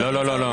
לא, לא.